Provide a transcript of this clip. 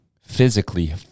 physically